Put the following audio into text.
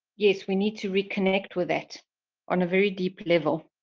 yes, we need to reconnect with that on a very deep level.